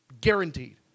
Guaranteed